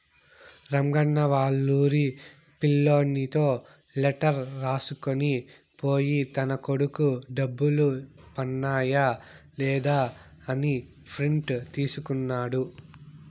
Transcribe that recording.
రంగన్న వాళ్లూరి పిల్లోనితో లెటర్ రాసుకొని పోయి తన కొడుకు డబ్బులు పన్నాయ లేదా అని ప్రింట్ తీసుకున్నాడు